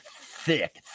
thick